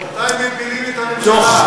מתי מפילים את הממשלה?